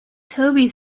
toby